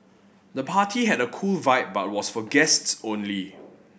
the party had a cool vibe but was for guests only